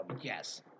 Yes